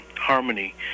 harmony